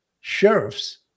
sheriffs